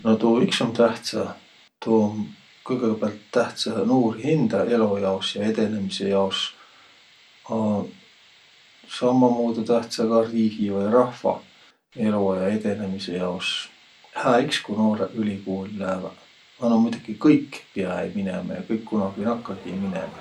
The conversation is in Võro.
No tuu iks um tähtsä. Tuu um kõgõpäält tähtsä nuuri hindä elo jaos ja edenemise jaos. A sammamuudu tähtsä ka riigi vai rahva elo ja edenemise jaos. Hää iks, ku noorõq ülikuuli lääväq, a no muidoki kõik piä-äi minemä ja kõik kunagi nakkagi-i minemä.